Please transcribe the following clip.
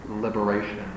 liberation